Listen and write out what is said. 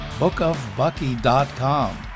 bookofbucky.com